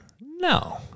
No